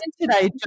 today